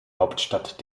hauptstadt